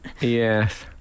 Yes